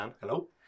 Hello